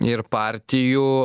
ir partijų